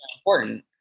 important